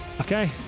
Okay